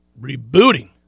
Rebooting